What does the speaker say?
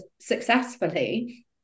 successfully